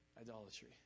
idolatry